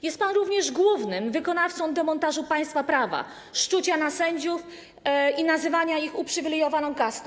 Jest pan również głównym wykonawcą demontażu państwa prawa, szczucia na sędziów i nazywania ich uprzywilejowaną kastą.